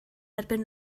erbyn